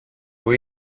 που